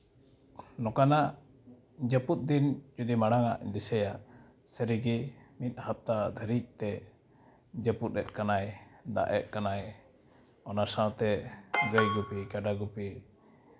ᱱᱚᱝᱠᱟᱱᱟᱜ ᱡᱟᱹᱯᱩᱫ ᱫᱤᱱ ᱡᱚᱫᱤ ᱢᱟᱲᱟᱝ ᱟᱜ ᱤᱧ ᱫᱤᱥᱟᱹᱭᱟ ᱥᱟᱹᱨᱤᱜᱮ ᱢᱤᱫ ᱦᱟᱯᱛᱟ ᱫᱷᱟᱹᱨᱤᱡ ᱛᱮ ᱡᱟᱹᱯᱩᱫᱼᱮᱜ ᱠᱟᱱᱟᱭ ᱫᱟᱜᱼᱮᱜ ᱠᱟᱱᱟᱭ ᱚᱱᱟ ᱥᱟᱶᱛᱮ ᱜᱟᱹᱭ ᱜᱩᱯᱤ ᱜᱟᱰᱟ ᱜᱩᱯᱤ